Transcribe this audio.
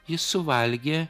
jis suvalgė